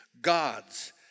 gods